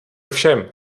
všem